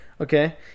okay